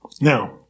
Now